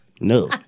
No